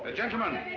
ah gentlemen!